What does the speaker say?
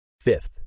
Fifth